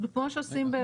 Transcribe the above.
כמו שעושים באירופה.